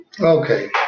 Okay